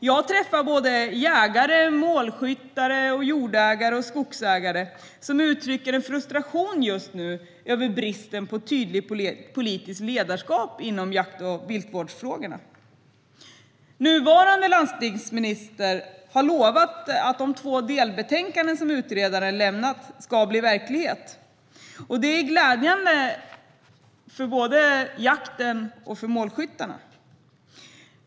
Jag träffar såväl jägare som målskyttar, jordägare och skogsägare som just nu uttrycker en frustration över bristen på tydligt politiskt ledarskap inom jakt och viltvårdsfrågorna. Den nuvarande landsbygdsministern har lovat att de två delbetänkanden som utredaren har lämnat ska bli verklighet. Det är glädjande för både jakten och målskyttarna.